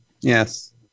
Yes